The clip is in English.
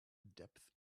depth